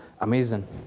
amazing